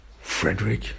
Frederick